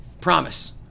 Promise